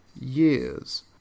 years